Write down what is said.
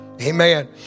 Amen